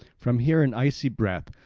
from here an icy breath,